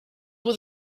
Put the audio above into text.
were